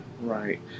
Right